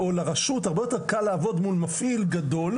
ולרשות הרבה יותר קל לעבוד מול מפעיל גדול,